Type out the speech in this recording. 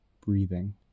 breathing